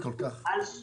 מה זאת אומרת?